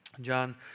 John